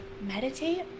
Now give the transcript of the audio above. meditate